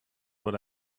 what